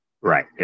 Right